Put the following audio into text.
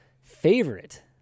favorite